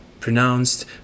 Pronounced